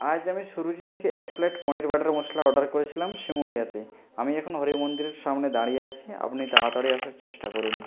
আজ আমি সুরুচি থেকে এক plate paneer butter masala order করেছিলাম শিমুলিয়াতে আমি এখন হরি মন্দিরের সামনে দাঁড়িয়ে আছি আপনি তাড়াতাড়ি আসার চেষ্টা করুন